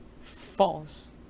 False